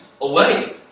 away